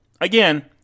Again